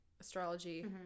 astrology